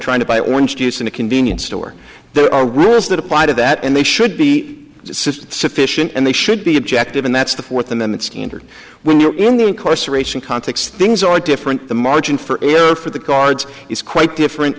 trying to buy orange juice in a convenience store there are rules that apply to that and they should be sufficient and they should be objective and that's the fourth amendment standard when you're in the incarceration context things are different the margin for error for the guards is quite different